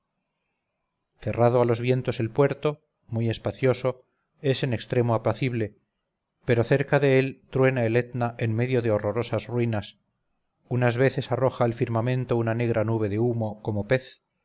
cerrado a los vientos el puerto muy espacioso es en extremo apacible pero cerca de él truena el etna en medio de horrorosas ruinas unas veces arroja al firmamento una negra nube de huno como pez